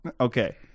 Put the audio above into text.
Okay